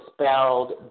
spelled